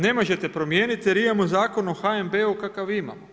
Ne možete promijeniti, jer imamo Zakon o HNB-u kakav imamo.